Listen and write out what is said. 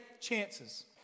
chances